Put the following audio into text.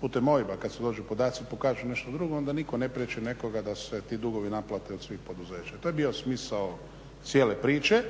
putem OIB-a kad podaci pokažu nešto drugo onda nitko ne priječi nekoga da se ti dugovi naplate od svih poduzeća. To je bio smisao cijele priče,